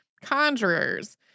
conjurers